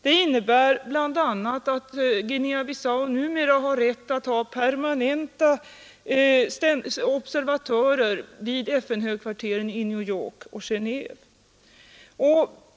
Det innebär bl.a. att Guinea-Bissau numera har rätt att sända permanenta observatörer till FN-högkvarteren i New York och Genéve.